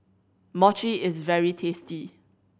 mochi is very tasty